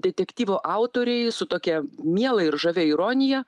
detektyvo autoriai su tokia miela ir žavia ironija